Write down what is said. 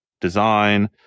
design